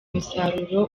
umusaruro